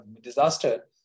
disaster